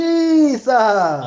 Jesus